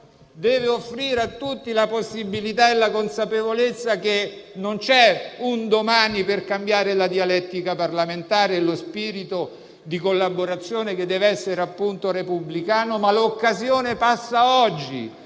però avere tutti la consapevolezza che non c'è un domani per cambiare la dialettica parlamentare e lo spirito di collaborazione, che devono essere, appunto, repubblicani. L'occasione passa oggi,